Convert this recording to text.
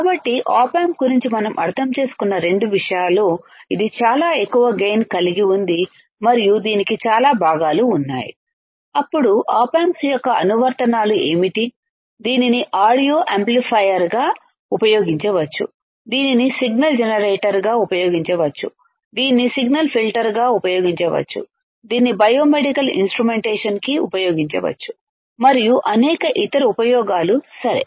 కాబట్టి op amp గురించి మనం అర్థం చేసుకున్న రెండు విషయాలు ఇది చాలా ఎక్కువ గైన్ కలిగి ఉంది మరియు దీనికి చాలా భాగాలు ఉన్నాయి అప్పుడు ఆప్ ఆంప్స్ యొక్క అనువర్తనాలు ఏమిటి దీనిని ఆడియో యాంప్లిఫైయర్గా ఉపయోగించవచ్చు దీనిని సిగ్నల్ జెనరేటర్గా ఉపయోగించవచ్చు దీనిని సిగ్నల్ ఫిల్టర్గా ఉపయోగించవచ్చు దీనిని బయోమెడికల్ ఇన్స్ట్రుమెంటేషన్ కి ఉపయోగించవచ్చు మరియు అనేక ఇతర ఉపయోగాలు సరే